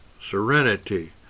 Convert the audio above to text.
serenity